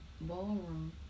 ballroom